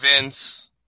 Vince